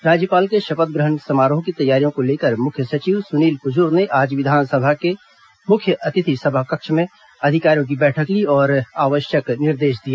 राज्यपाल के शपथ ग्रहण समारोह की तैयारियों को लेकर मुख्य सचिव सुनील कुजूर ने आज विधानसभा के मुख्य समिति कक्ष में अधिकारियों की बैठक ली और आवश्यक निर्देश दिए